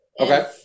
Okay